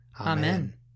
Amen